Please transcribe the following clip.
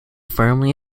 firmly